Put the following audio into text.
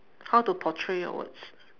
how to portray your words